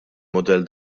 mudell